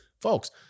Folks